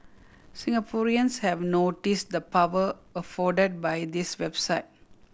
Singaporeans have noticed the power afforded by this website